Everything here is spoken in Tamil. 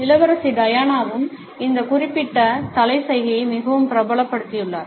இளவரசி டயானாவும் இந்த குறிப்பிட்ட தலை சைகையை மிகவும் பிரபலமாக்கியுள்ளார்